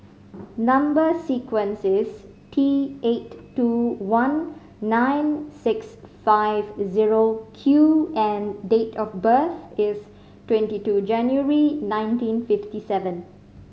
number sequence is T eight two one nine six five zero Q and date of birth is twenty two January nineteen fifty seven